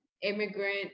immigrant